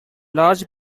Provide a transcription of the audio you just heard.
large